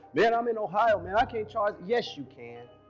man. i'm in ohio, man. i can't charge. yes you can.